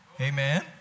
Amen